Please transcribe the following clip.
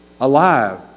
alive